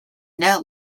now